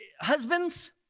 Husbands